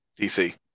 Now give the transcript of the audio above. DC